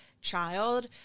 child